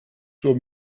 zur